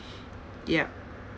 ya